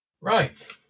Right